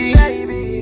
Baby